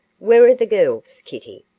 where are the girls, kittie?